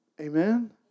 Amen